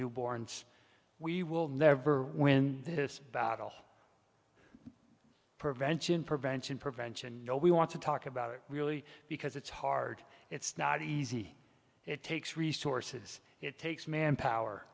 newborns we will never win this battle prevention prevention prevention you know we want to talk about it really because it's hard it's not easy it takes resources it takes manpower